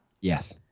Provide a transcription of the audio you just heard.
Yes